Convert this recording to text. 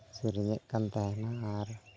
ᱥᱮᱨᱮᱧᱮᱜ ᱠᱟᱱ ᱛᱟᱦᱮᱱᱟ ᱟᱨ